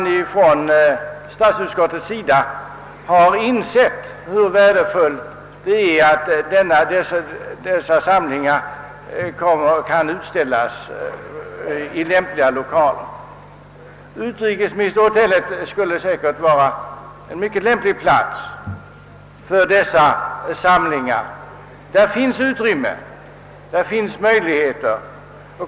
Det är beklagligt att statsutskottet inte insett hur värdefullt det är att dessa samlingar kan utställas i lämpliga lokaler. Utrikesministerhotellet skulle säkert vara en mycket lämplig plats för dessa samlingar. Där finns utrymme.